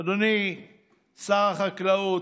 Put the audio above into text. אדוני שר החקלאות,